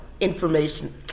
information